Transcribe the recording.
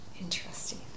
interesting